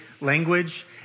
language